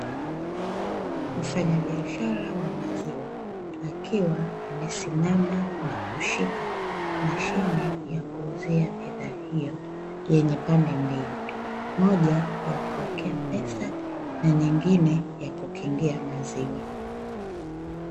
Mfanyabishara wa maziwa akiwa amesimama na kushika mashine ya kuuzia bishaa hiyo yenye pande mbili moja ya kuwekea pesa na nyingine ya kukingia maziwa .